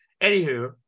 Anywho